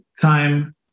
time